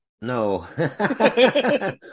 No